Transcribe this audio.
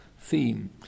theme